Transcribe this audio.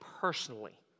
personally